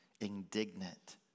indignant